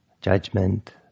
judgment